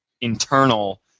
internal